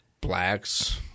blacks